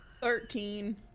Thirteen